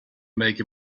make